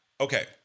Okay